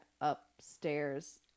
upstairs